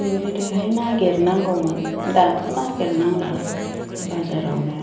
गोदोहाय नागिरनांगौमोन दाथ' नागिरनांला बाजारावनो